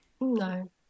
no